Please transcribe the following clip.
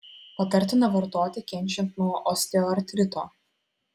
patartina vartoti kenčiant nuo osteoartrito